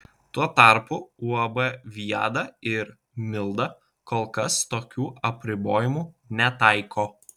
tuo tarpu uab viada ir milda kol kas tokių apribojimų netaiko